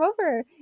over